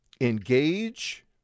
Engage